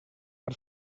per